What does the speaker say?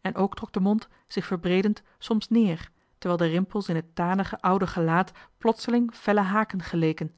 en ook trok de mond zich johan de meester de zonde in het deftige dorp verbreedend soms neer waarbij de rimpels in het tanige oude gelaat plotseling felle haken geleken